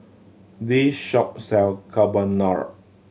this shop sell Carbonara